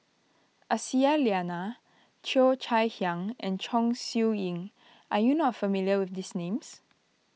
Aisyah Lyana Cheo Chai Hiang and Chong Siew Ying are you not familiar with these names